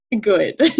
good